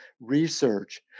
research